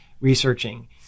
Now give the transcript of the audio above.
Researching